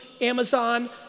Amazon